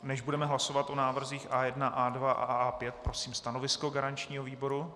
Než budeme hlasovat o návrzích A1, A2 a A5, prosím stanovisko garančního výboru.